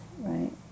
right